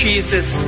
Jesus